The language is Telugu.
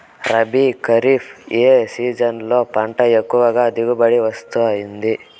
రబీ, ఖరీఫ్ ఏ సీజన్లలో పంట ఎక్కువగా దిగుబడి వస్తుంది